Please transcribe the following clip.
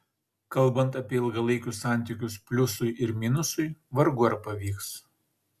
kalbant apie ilgalaikius santykius pliusui ir minusui vargu ar pavyks